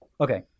Okay